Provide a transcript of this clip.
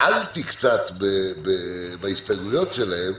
עלעלתי קצת בהסתייגויות שלהם,